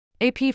AP